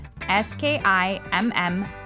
S-K-I-M-M